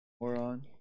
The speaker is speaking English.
moron